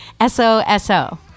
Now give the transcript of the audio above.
S-O-S-O